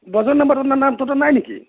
বজেনৰ নাম্বাৰটো তোৰ তাত নাই নেকি